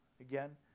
Again